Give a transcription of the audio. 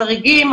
חריגים,